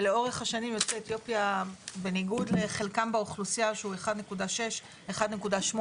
ולאורך השנים יוצאי אתיופיה בניגוד לחלקם באוכלוסייה שהוא 1.6 1.8